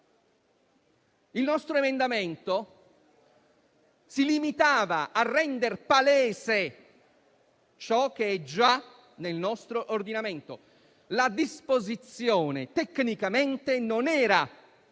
Il nostro emendamento si limitava a rendere palese ciò che è già nel nostro ordinamento. La disposizione, tecnicamente, non era